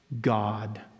God